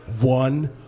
one